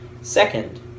Second